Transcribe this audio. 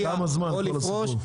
או לפרוש --- כמה זמן ייקח כל הסיפור?